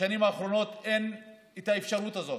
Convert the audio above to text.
בשנים האחרונות אין את האפשרות הזאת,